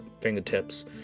fingertips